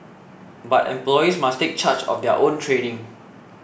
but employees must take charge of their own training